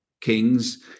kings